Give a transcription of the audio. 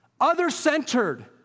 other-centered